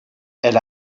elle